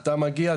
אתה מגיע,